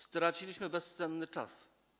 Straciliśmy bezcenny czas.